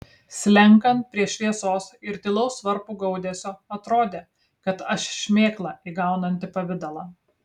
slenkant prie šviesos ir tylaus varpo gaudesio atrodė kad aš šmėkla įgaunanti pavidalą